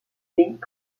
pays